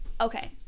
okay